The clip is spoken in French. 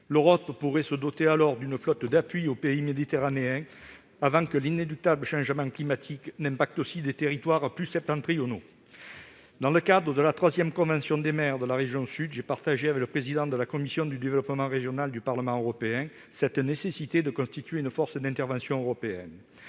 L'Europe pourrait se doter alors d'une flotte d'appui aux pays méditerranéens, avant que l'inéluctable changement climatique n'affecte aussi des territoires plus septentrionaux. Dans le cadre de la troisième convention des maires de la région Sud, j'ai fait part au président de la commission du développement régional du Parlement européen de cette nécessité de constituer une force d'intervention européenne.